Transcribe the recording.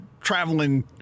traveling